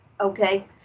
okay